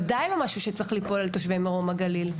כי זה ודאי לא משהו שצריך ליפול על תושבי מרום הגליל,